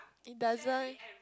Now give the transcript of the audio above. it doesn't